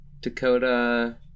Dakota